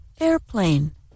Airplane